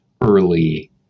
early